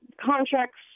contracts